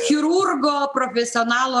chirurgo profesionalo